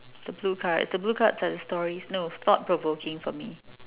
the blue cards the blue cards are the stories no it's not provoking for me